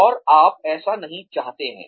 और आप ऐसा नहीं चाहते हैं